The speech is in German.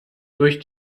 durch